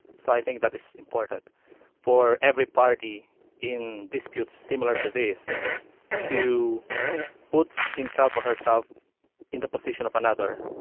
so i think that is important for every party in disputes similar to this to put himself or herself in the position of another,